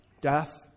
death